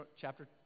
chapter